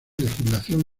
legislación